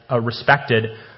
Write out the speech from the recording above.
respected